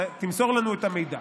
תמסור לנו את המידע.